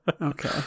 Okay